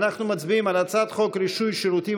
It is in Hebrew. אנחנו מצביעים על הצעת חוק רישוי שירותים